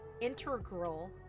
integral